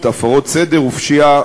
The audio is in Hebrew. הפרות סדר ופשיעה,